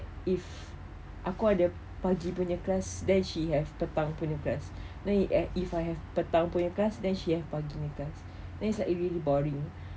if aku ada pagi punya kelas then she have petang punya kelas then if have if I have petang punya kelas then she have pagi punya kelas then it's like you really boring